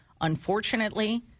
unfortunately